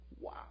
Wow